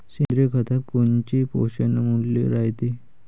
सेंद्रिय खतात कोनचे पोषनमूल्य रायते?